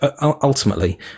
Ultimately